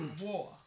war